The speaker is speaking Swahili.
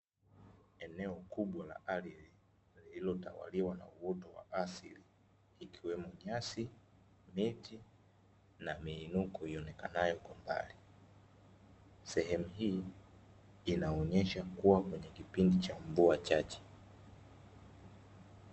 Eneo kubwa la ardhi, lililotawaliwa na uoto wa asili ikiwemo nyasi, miti na miinuko ionekanayo kwa mbali, sehemu hii inaonyesha kuwa kwenye kipindi cha mvua chache.